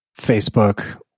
Facebook